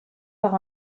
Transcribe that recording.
par